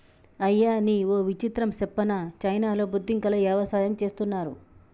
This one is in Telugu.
అయ్యనీ ఓ విచిత్రం సెప్పనా చైనాలో బొద్దింకల యవసాయం చేస్తున్నారు